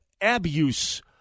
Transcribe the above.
Abuse